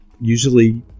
usually